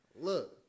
Look